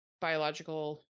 biological